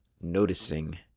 noticing